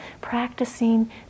practicing